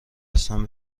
هستم